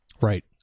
Right